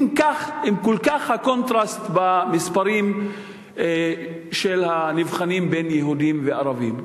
אם זה הקונטרסט במספרים של הנבחנים בין יהודים לערבים?